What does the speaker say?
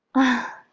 ah!